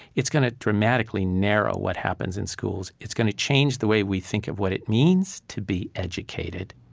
it's going to dramatically narrow what happens in schools. it's going to change the way we think of what it means to be educated,